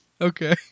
okay